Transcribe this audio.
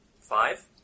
Five